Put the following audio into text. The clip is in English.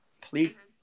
please